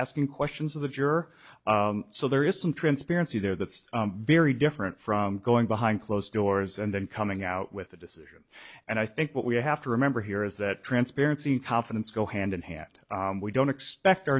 asking questions of the juror so there is some transparency there that's very different from going behind closed doors and then coming out with a decision and i think what we have to remember here is that transparency and confidence go hand in hand we don't expect our